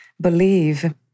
believe